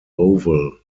oval